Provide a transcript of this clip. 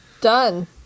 Done